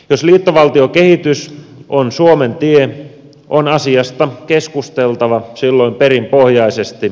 jos liittovaltiokehitys on suomen tie on asiasta keskusteltava silloin perinpohjaisesti